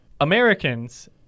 Americans